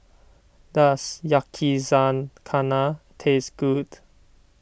does Yakizakana taste good